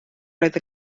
roedd